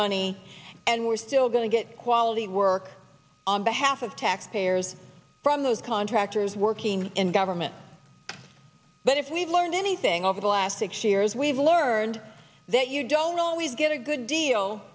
money and we're still going to get quality work on behalf of taxpayers from those contractors working in government but if we've learned anything over the last six years we've learned that you don't always get a good deal